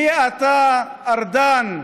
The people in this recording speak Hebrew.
מי אתה, ארדן,